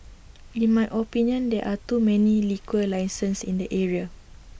in my opinion there are too many liquor licenses in the area